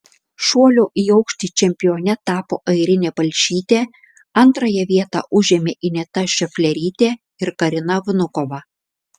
šuolio į aukštį čempione tapo airinė palšytė antrąją vietą užėmė ineta šeflerytė ir karina vnukova